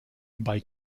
bei